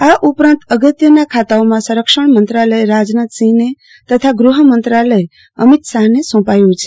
આ ઉપરાંત અગત્યના ખાતાઓમાં સંરક્ષણ મંત્રાલય રાજનાથસિંહને તથા ગ્રહમંત્રાલય અમિત શાહને સોંપાયું છે